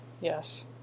yes